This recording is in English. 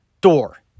door